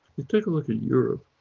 you take a look at europe,